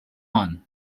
one